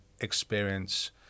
experience